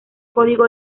código